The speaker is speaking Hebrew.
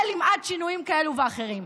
למעט שינויים כאלה ואחרים.